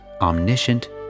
omniscient